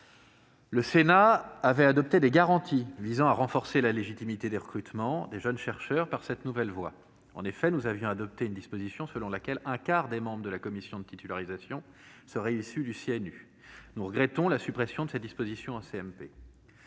Le Sénat avait adopté des garanties visant à renforcer la légitimité des recrutements des jeunes chercheurs par cette nouvelle voie, en votant une disposition selon laquelle un quart des membres de la commission de titularisation serait issu du CNU. Nous regrettons la suppression de cette disposition en